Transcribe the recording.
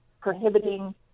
prohibiting